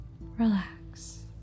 relax